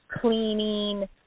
cleaning